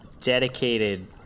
dedicated